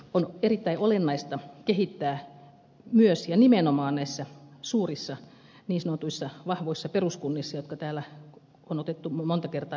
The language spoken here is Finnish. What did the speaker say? on erittäin olennaista kehittää myös ja nimenomaan näissä suurissa niin sanotuissa vahvoissa peruskunnissa jotka täällä on otettu monta kertaa esille